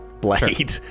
blade